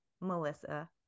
Melissa